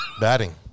Batting